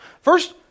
First